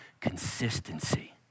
consistency